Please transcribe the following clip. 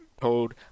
told